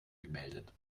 gemeldet